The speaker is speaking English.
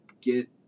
get